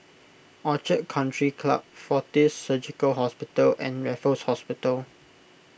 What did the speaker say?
Orchid Country Club fortis Surgical Hospital and Raffles Hospital